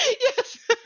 Yes